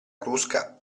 crusca